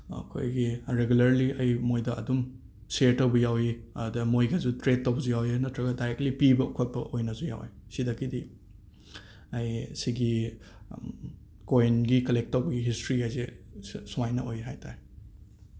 ꯑꯩꯈꯣꯏꯒꯤ ꯔꯦꯒꯨꯂꯔꯂꯤ ꯑꯩ ꯃꯣꯏꯗ ꯑꯗꯨꯝ ꯁꯤꯌꯔ ꯇꯧꯕ ꯌꯥꯎꯋꯤ ꯑꯗ ꯃꯣꯏꯒꯁꯨ ꯇ꯭ꯔꯦꯠ ꯇꯧꯕꯁꯨ ꯌꯥꯎꯋꯤ ꯅꯠꯇ꯭ꯔꯒ ꯗꯥꯏꯔꯦꯛꯂꯤ ꯄꯤꯕ ꯈꯣꯠꯄ ꯑꯣꯏꯅꯁꯨ ꯌꯥꯎꯋꯤ ꯁꯤꯗꯒꯤꯗꯤ ꯑꯩ ꯁꯤꯒꯤ ꯀꯣꯏꯟꯒꯤ ꯀꯂꯦꯛ ꯇꯧꯕꯒꯤ ꯍꯤꯁꯇ꯭ꯔꯤ ꯍꯥꯏꯁꯦ ꯁꯨꯃꯥꯏꯅ ꯑꯣꯏ ꯍꯥꯏ ꯇꯥꯏ